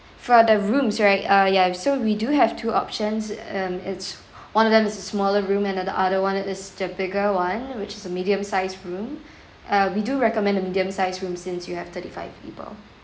for the rooms right uh ya so we do have two options um it's one of them is a smaller room and the other [one] it is the bigger [one] which is a medium sized room uh we do recommend a medium size room since you have thirty five people